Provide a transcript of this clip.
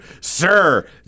sir